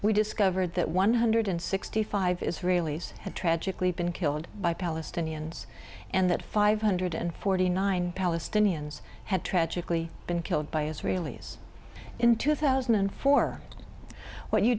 we discovered that one hundred sixty five israelis had tragically been killed by palestinians and that five hundred and forty nine palestinians had tragically been killed by israelis in thousand two thousand and four what you